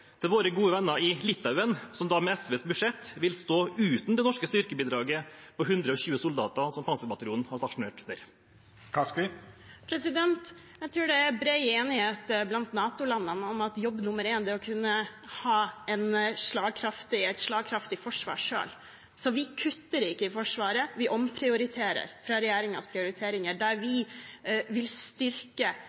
til våre gode venner i Litauen, som med SVs budsjett vil stå uten det norske styrkebidraget på 120 soldater, som Panserbataljonen har stasjonert der? Jeg tror det er bred enighet blant NATO-landene om at jobb nummer én er å kunne ha et slagkraftig forsvar selv. Vi kutter ikke i Forsvaret, vi omprioriterer i forhold til regjeringens prioriteringer, vi vil styrke